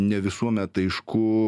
ne visuomet aišku